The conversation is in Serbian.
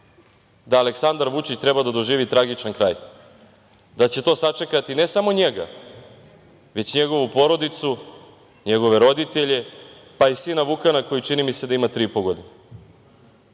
da Aleksandar Vučić treba da doživi tragičan kraj, da će to sačekati ne samo njega, već njegovu porodicu, njegove roditelje, pa i sina Vukana koji, čini mi se, ima tri i po godine.